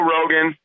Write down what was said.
Rogan